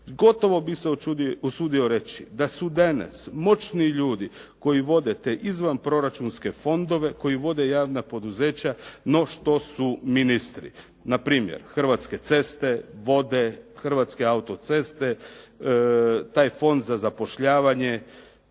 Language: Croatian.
Gotovo bih se usudio reći da su danas moćni ljudi koji vode te izvanproračunske fondove, koji vode javna poduzeća no što su ministri. Npr., Hrvatske ceste, Vode, Hrvatske autoceste, taj fond za zapošljavanje,